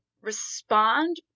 respond